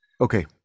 Okay